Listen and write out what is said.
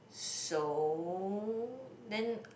so then